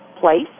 place